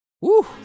Woo